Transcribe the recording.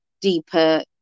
deeper